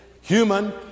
human